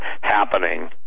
happening